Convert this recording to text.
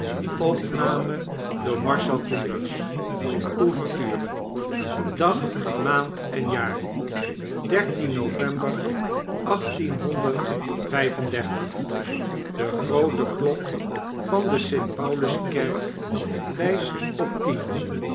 ouvkrture dag maand en jaar dertien november achttienhonderd vyf en dertig de groote klok van de st pauluskerk wyst op